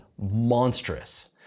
monstrous